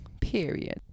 period